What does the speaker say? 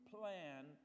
plan